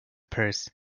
purse